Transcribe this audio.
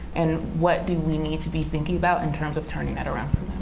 and what do we need to be thinking about in terms of turning that around